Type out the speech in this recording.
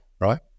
right